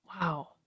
Wow